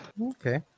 Okay